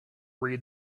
read